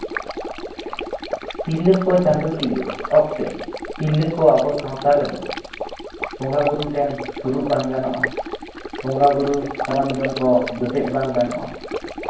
ᱛᱤᱨᱞᱟᱹ ᱠᱚ ᱪᱟᱸᱫᱚᱠᱤᱭᱟᱹ ᱚᱠᱛᱮ ᱛᱤᱨᱞᱟᱹ ᱠᱚ ᱟᱵᱚ ᱥᱟᱶᱛᱟ ᱨᱮᱫᱚ ᱵᱚᱸᱜᱟ ᱵᱩᱨᱩ ᱴᱷᱮᱱ ᱥᱩᱨᱩᱜ ᱵᱟᱝ ᱜᱟᱱᱚᱜᱼᱟ ᱵᱚᱸᱜᱟ ᱵᱩᱨᱩ ᱥᱚᱨᱚᱧᱡᱟᱢ ᱠᱚ ᱡᱚᱴᱮᱫ ᱵᱟᱝ ᱜᱟᱱᱚᱜᱼᱟ